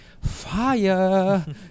fire